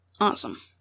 Awesome